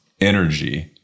energy